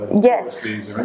yes